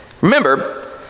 Remember